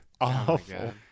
awful